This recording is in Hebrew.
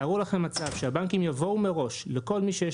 תארו לכם מצב שהבנקים יבואו מראש לכל מי שיש